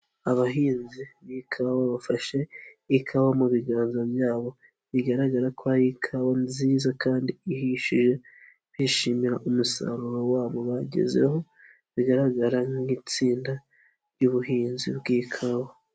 Abahinzi b'ikawa bafashe ikawa mu biganza byabo, bigaragara ko ari ikawa nziza kandi ihishije, bishimira umusaruro wabo bagezeho, bigaragara nk'itsinda ry'ubuhinzi bw'ikawa.